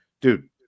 dude